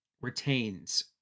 retains